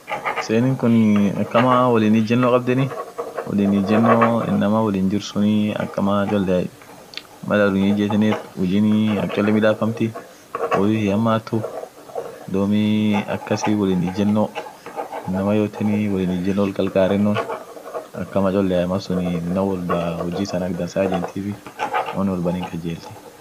Kissinii won birii kabdi won ishian toko birii won taa irrit beekenu mambo sciencetif plospiansif iyo maths lugha ishin dubetinen igiric language mambo litreture taane lila faan jirti jarr woo bares tok platofif iyo alicetotol faa na aminen mambo dinianeni protestik region kabdi amine mambo baresanen lila faan jirtie